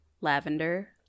lavender